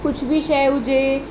कुझु बि शइ हुजे